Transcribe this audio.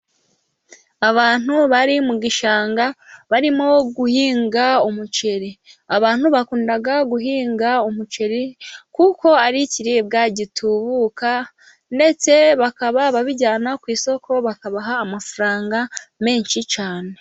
Abantu bari mu gishanga barimo guhinga umuceri. Abantu bakunda guhinga umuceri kuko ari ikiribwa gitubuka, ndetse bakaba babijyana ku isoko bakabaha amafaranga menshi cyane.